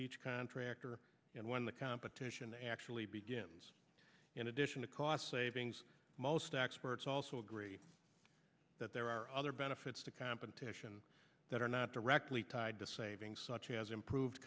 each contractor and when the competition actually begins in addition to cost savings most experts also agree that there are other benefits to competition that are not directly tied to savings such as improved